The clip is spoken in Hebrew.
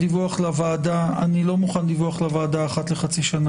הדיווח לוועדה יהיה אחת לחצי שנה